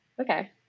okay